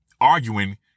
arguing